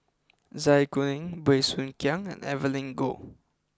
Zai Kuning Bey Soo Khiang and Evelyn Goh